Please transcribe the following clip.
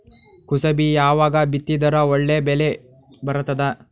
ಕುಸಬಿ ಯಾವಾಗ ಬಿತ್ತಿದರ ಒಳ್ಳೆ ಬೆಲೆ ಬರತದ?